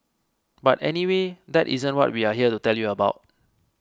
but anyway that isn't what we're here to tell you about